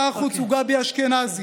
שר החוץ הוא גבי אשכנזי,